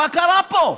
מה קרה פה?